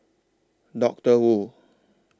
Doctor Wu